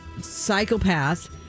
psychopath